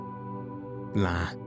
La